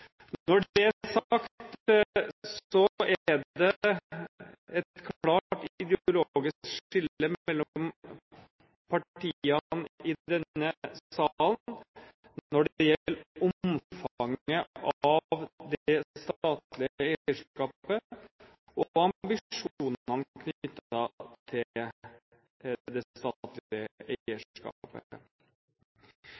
Når det er sagt, er det et klart ideologisk skille mellom partiene i denne salen når det gjelder omfanget av det statlige eierskapet og ambisjonene knyttet til det